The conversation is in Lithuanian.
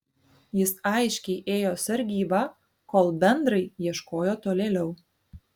jis aiškiai ėjo sargybą kol bendrai ieškojo tolėliau